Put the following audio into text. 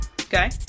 Okay